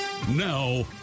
Now